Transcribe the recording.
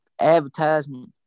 advertisement